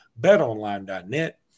Betonline.net